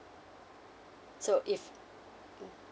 so if